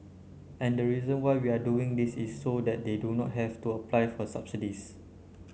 and the reason why we are doing this is so that they do not have to apply for subsidies